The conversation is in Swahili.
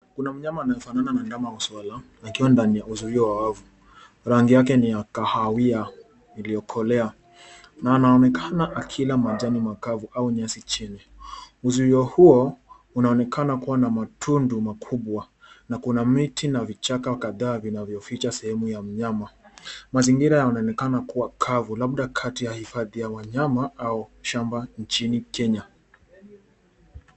Kuna mnyama anayefanana na ndama au swala akiwa ndani ya uzuio wa wavu. Rangi yake ni ya kahawia iliokolea na anaonekana akila majani makavu au nyasi chini. Uzuio huo unaonekana kuwa na matundu makubwa na kuna miti na vichaka wa kadhaa vinavyoficha sehemu ya mnyama. Mazingira yanaonekana kuwa kavu labda kati ya hifadhi ya wanyama au shamba nchini Kenya.